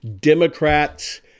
Democrats